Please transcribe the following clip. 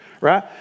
right